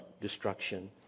destruction